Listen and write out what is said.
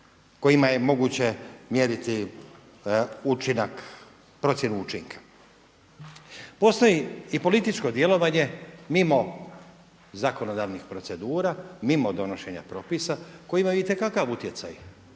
kojima je moguće mjeriti učinak, procjenu učinka. Postoji i političko djelovanje mimo zakonodavnih procedura, mimo donošenja propisa koji imaju itekakav utjecaj,